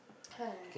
hi